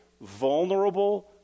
vulnerable